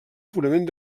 purament